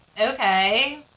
okay